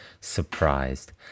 surprised